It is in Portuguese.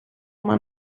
uma